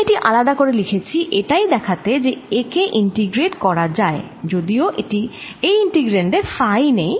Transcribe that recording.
আমি এটি আলাদা করে লিখেছি এটাই দেখাতে যে একে ইন্টিগ্রেট করা যায় যদিও এই ইন্টিগ্র্যান্ড এ ফাই নেই